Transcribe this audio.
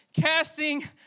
casting